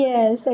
Yes